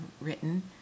written